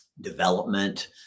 development